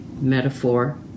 metaphor